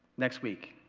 next week,